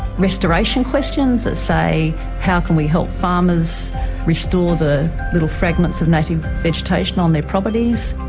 restoration questions that say how can we help farmers restore the little fragments of native vegetation on their properties.